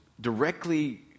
directly